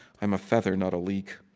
i'm a feather, not a leak.